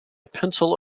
pencil